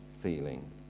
feeling